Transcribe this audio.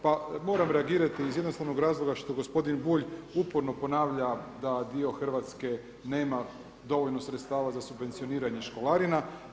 Pa moram reagirati iz jednostavnog razloga što gospodin Bulj uporno ponavlja da dio Hrvatske nema dovoljno sredstava za subvencioniranje školarina.